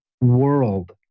world